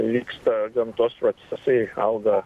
vyksta gamtos procesai auga